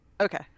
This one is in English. okay